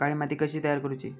काळी माती कशी तयार करूची?